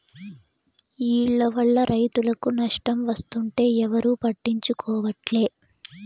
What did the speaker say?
ఈల్ల వల్ల రైతులకు నష్టం వస్తుంటే ఎవరూ పట్టించుకోవట్లే